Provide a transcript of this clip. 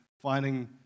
finding